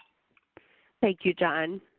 thank you, jon.